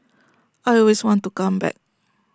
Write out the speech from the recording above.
I always want to come back